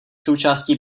součástí